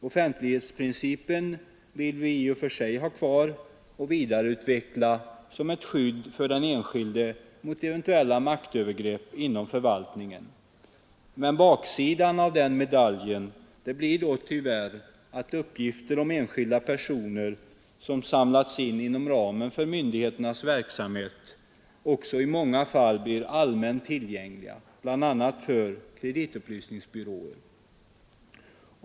Offentlighetsprincipen vill vi i och för sig ha kvar och vidareutveckla som ett skydd för den enskilde mot eventuella maktövergrepp inom förvaltningen, men baksidan av medaljen blir då tyvärr att de uppgifter om enskilda personer, som samlats in inom ramen för myndigheternas verksamhet, också i många fall blir allmänt tillgängliga, bl.a. för kreditupplysningsbyråer.